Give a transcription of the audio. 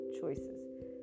choices